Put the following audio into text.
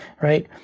right